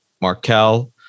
Markel